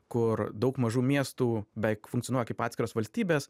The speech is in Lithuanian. kur daug mažų miestų beveik funkcionuoja kaip atskiros valstybės